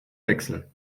wechsel